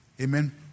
Amen